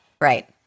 Right